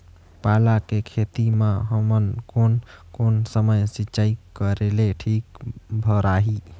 पाला के खेती मां हमन कोन कोन समय सिंचाई करेले ठीक भराही?